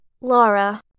Laura